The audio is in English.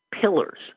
pillars